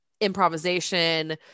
improvisation